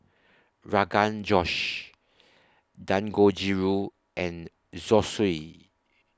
Rogan Josh Dangojiru and Zosui